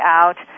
out